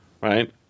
right